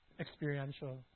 experiential